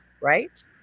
right